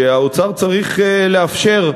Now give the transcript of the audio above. שהאוצר צריך לאפשר,